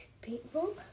people